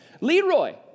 leroy